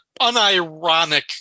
unironic